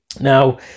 Now